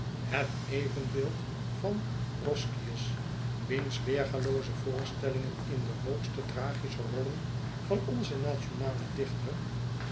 het evenbeeld van roscius wiens weergalooze voorstellingen in de hoogste tragische rollen van onzen nationalen dichter